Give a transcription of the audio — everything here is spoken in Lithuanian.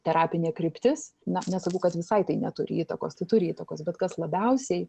terapinė kryptis na nesakau kad visai tai neturi įtakos tai turi įtakos bet kas labiausiai